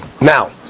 Now